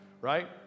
right